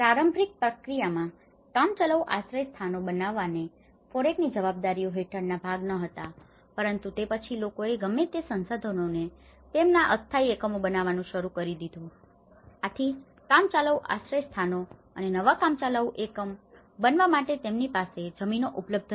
પ્રારંભિક પ્રક્રિયામાં કામચલાઉ આશ્રયસ્થાનો બનાવવાએ FORECની જવાબદારીઓ હેઠળના ભાગ ન હતા પરંતુ તે પછી લોકોએ ગમે તે સંસાધનોથી તેમના અસ્થાયી એકમો બનાવવાનું શરૂ કરી દીધું છે આથી કામચલાઉ આશ્રયસ્થાનો અને નવા કામચલાઉ એકમો બનાવવા માટે તેમની પાસે જમીનો ઉપલબ્ધ નથી